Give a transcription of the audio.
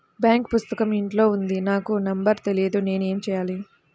Bank పుస్తకం ఇంట్లో ఉంది నాకు నంబర్ తెలియదు నేను ఏమి చెయ్యాలి?